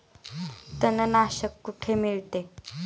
तणनाशक कुठे मिळते?